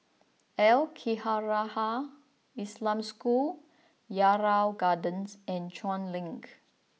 Al Khairiah Islamic School Yarrow Gardens and Chuan Link